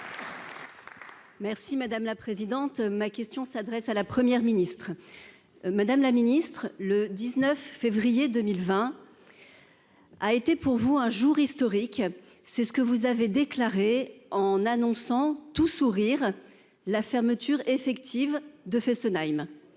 Merci madame la présidente. Ma question s'adresse à la Première ministre. Madame la Ministre le 19 février 2020. A été pour vous un jour historique, c'est ce que vous avez déclaré en annonçant tout sourire la fermeture effective de Fessenheim.